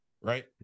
right